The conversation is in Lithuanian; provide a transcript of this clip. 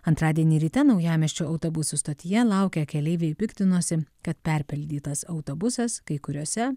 antradienį ryte naujamiesčio autobusų stotyje laukę keleiviai piktinosi kad perpildytas autobusas kai kuriose